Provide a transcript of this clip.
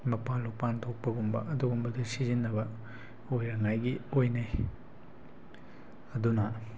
ꯃꯄꯥꯟ ꯂꯨꯄꯥꯟ ꯊꯣꯛꯄꯒꯨꯝꯕ ꯑꯗꯨꯒꯨꯝꯕꯗ ꯁꯤꯖꯟꯅꯕ ꯑꯣꯏꯅꯉꯥꯏꯒꯤ ꯑꯣꯏꯅꯩ ꯑꯗꯨꯅ